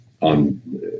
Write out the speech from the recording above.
on